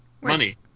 money